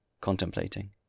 contemplating